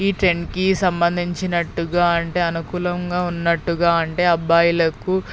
ఈ ట్రెండ్కి సంబంధించినట్టుగా అంటే అనుకూలంగా ఉన్నట్టుగా అంటే అబ్బాయిలకు